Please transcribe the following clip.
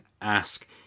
ask